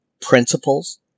principles